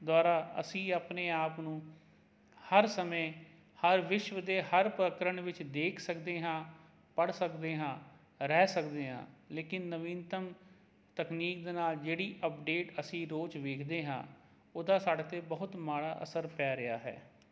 ਦੁਆਰਾ ਅਸੀਂ ਆਪਣੇ ਆਪ ਨੂੰ ਹਰ ਸਮੇਂ ਹਰ ਵਿਸ਼ਵ ਦੇ ਹਰ ਪ੍ਰਕਰਨ ਵਿੱਚ ਦੇਖ ਸਕਦੇ ਹਾਂ ਪੜ੍ਹ ਸਕਦੇ ਹਾਂ ਰਹਿ ਸਕਦੇ ਹਾਂ ਲੇਕਿਨ ਨਵੀਨਤਮ ਤਕਨੀਕ ਦੇ ਨਾਲ ਜਿਹੜੀ ਅਪਡੇਟ ਅਸੀਂ ਰੋਜ਼ ਵੇਖਦੇ ਹਾਂ ਉਹਦਾ ਸਾਡੇ 'ਤੇ ਬਹੁਤ ਮਾੜਾ ਅਸਰ ਪੈ ਰਿਹਾ ਹੈ